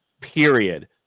period